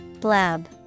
Blab